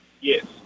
Yes